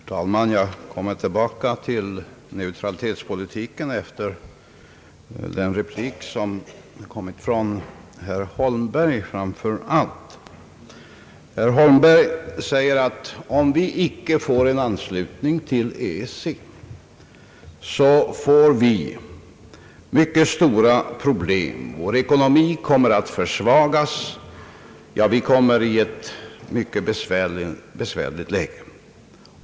Herr talman! Jag kommer tillbaka till neutralitetspolitiken med anledning av de repliker som följde på mitt förra anförande, framför allt den från herr Holmberg. Herr Holmberg sade, att om vi icke får en anslutning till EEC, så uppstår mycket stora problem. Vår ekonomi kommer att försvagas, och vi hamnar i ett mycket besvärligt läge.